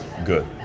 good